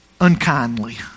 unkindly